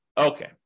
Okay